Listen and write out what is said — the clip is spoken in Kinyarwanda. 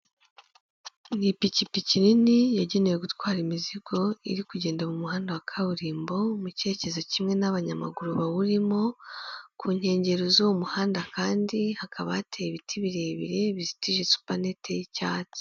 Ni ipikipiki nini yagenewe gutwara imizigo iri kugenda mu muhanda wa kaburimbo, mu kerekezo kimwe n'abanyamaguru bawurimo, ku nkengero z'uwo muhanda kandi hakaba hateye ibiti birebire bizitije supanete y'icyatsi.